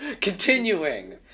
continuing